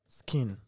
skin